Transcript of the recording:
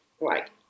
right